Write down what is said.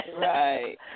Right